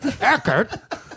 Eckert